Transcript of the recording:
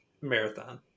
Marathon